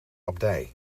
abdij